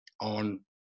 on